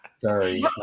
sorry